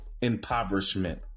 impoverishment